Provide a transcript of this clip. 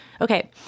Okay